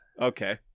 Okay